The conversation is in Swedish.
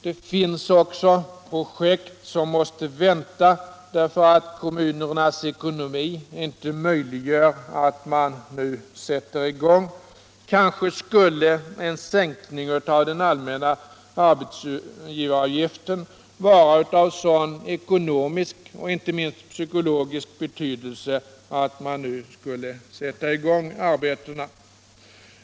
Det finns också projekt som måste vänta därför att kommunernas ekonomi inte möjliggör att man nu sätter i gång. Kanske kunde en sänkning av den allmänna arbetsgivaravgiften vara av sådan ekonomisk och inte minst psykologisk betydelse att man nu skulle sätta i gång arbetena.